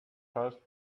passed